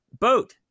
Boat